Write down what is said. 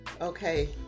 okay